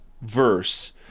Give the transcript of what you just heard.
verse